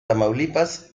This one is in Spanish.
tamaulipas